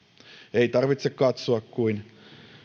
ei tarvitse katsoa kuin